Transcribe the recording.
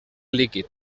líquid